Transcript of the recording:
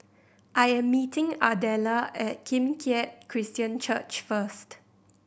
I am meeting Ardella at Kim Keat Christian Church first